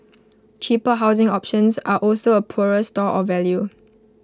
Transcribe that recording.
cheaper housing options are also A poorer store of value